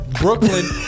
Brooklyn